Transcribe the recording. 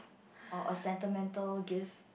or a sentimental gift